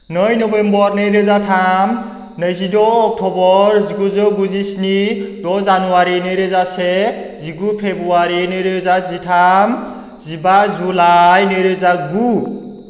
नै नभेम्बर नैरोजा थाम नैजिद' अक्ट'बर जिगुजौ गुजिस्नि द' जानुवारि नैरोजा से जिगु फेब्रुवारि नैरोजा जिथाम जिबा जुलाइ नैरोजा गु